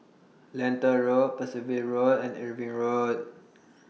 Lentor Road Percival Road and Irving Road